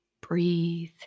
Breathe